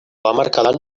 hamarkadan